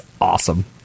awesome